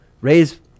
raise